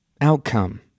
outcome